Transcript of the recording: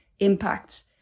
impacts